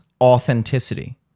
authenticity